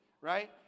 Right